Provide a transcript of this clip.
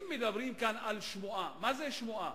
אם מדברים על שמועה, מה זה שמועה?